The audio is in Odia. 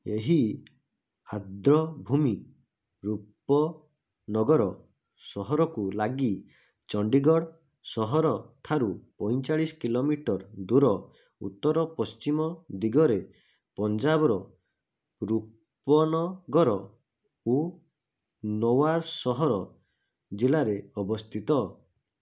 ଏହି ଆର୍ଦ୍ରଭୂମି ରୂପନଗର ସହରକୁ ଲାଗି ଚଣ୍ଡିଗଡ଼ ସହର ଠାରୁ ପଇଁଚାଳିଶି କିଲୋମିଟର ଦୂର ଉତ୍ତର ପଶ୍ଚିମ ଦିଗରେ ପଞ୍ଜାବର ରୂପନଗର ଓ ନଓ୍ୱାର ସହର ଜିଲ୍ଲାରେ ଅବସ୍ଥିତ